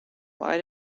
why